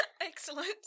Excellent